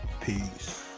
peace